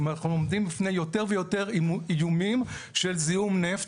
זאת אומרת אנחנו עומדים בפני יותר ויותר איומים של זיהום נפט,